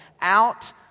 Out